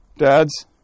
Dads